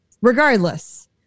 regardless